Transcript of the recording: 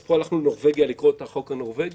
פה הלכנו לנורווגיה, לקרוא את החוק הנורווגי,